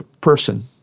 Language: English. person